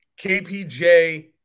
KPJ